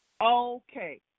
Okay